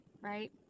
right